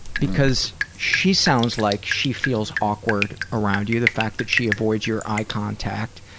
because she sounds like she feels awkward around you, the fact that she avoids your eye contact.